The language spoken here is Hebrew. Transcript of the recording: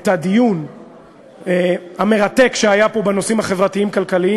את הדיון המרתק שהיה פה בנושאים החברתיים-כלכליים,